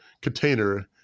container